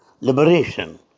liberation